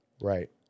Right